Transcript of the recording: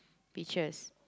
peaches